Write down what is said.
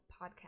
podcast